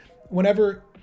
Whenever